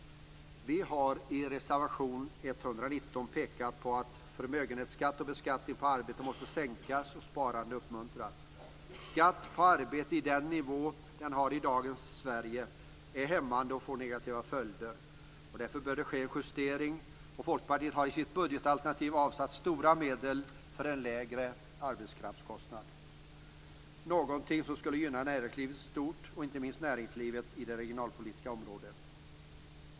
Vi har i reservation 119 pekat på att förmögenhetsskatt och beskattning av arbete måste sänkas, och sparande uppmuntras. Skatt på arbete på den nivå den har i dagens Sverige är hämmande, och får negativa följder. Därför bör en justering ske. Folkpartiet har i sitt budgetalternativ avsatt stora medel för en lägre arbetskraftskostnad. Detta är någonting som skulle gynna näringslivet i stort, och inte minst näringslivet i det regionalpolitiska området.